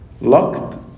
locked